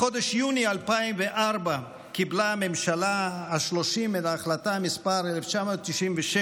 בחודש יוני 2004 קיבלה הממשלה השלושים את החלטה מס' 1996,